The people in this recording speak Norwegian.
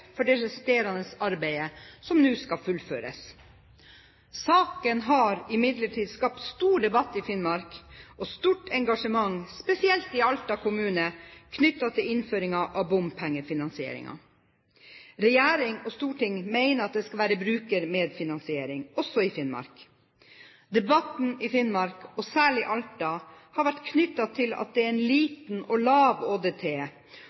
for det resterende arbeidet, som nå skal fullføres. Saken har imidlertid skapt stor debatt i Finnmark og stort engasjement, spesielt i Alta kommune, knyttet til innføringen av bompengefinansieringen. Regjering og storting mener at det skal være brukermedfinansiering også i Finnmark. Debatten i Finnmark og særlig i Alta har vært knyttet til at det er liten årsdøgntrafikk, ÅDT.